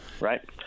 Right